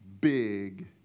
big